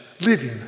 living